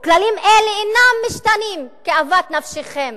וכללים אלה אינם משתנים כאוות נפשכם.